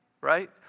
right